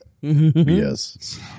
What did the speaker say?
Yes